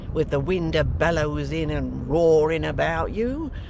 with the wind a bellowsing and roaring about you,